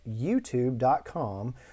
youtube.com